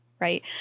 right